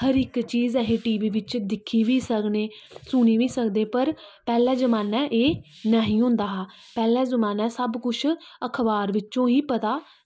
हर इक चीज़ अस टी वी बिच्च दिक्खी बी सकनें सुनी बी सकदे पर पैह्ला जमान्नै एह् नेईं होंदा हा पैह्ले जमान्नै सब कुछ अखबार बिच्चों ई पता